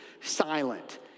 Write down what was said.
silent